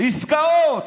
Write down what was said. עסקאות.